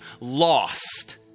lost